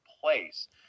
place